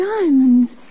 Diamonds